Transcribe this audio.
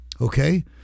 Okay